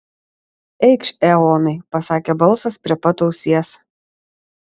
eikš eonai pasakė balsas prie pat ausies